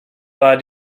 war